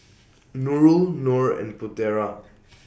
Nurul Nor and Putera